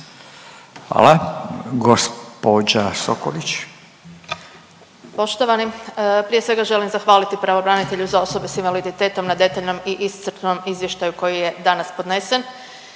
Hvala. Gospođa Bedeković.